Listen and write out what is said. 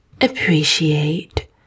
appreciate